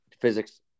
physics